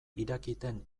irakiten